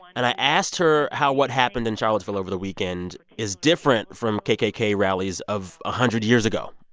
and i asked her how what happened in charlottesville over the weekend is different from kkk rallies of a hundred years ago,